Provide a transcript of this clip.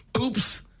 Oops